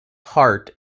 heart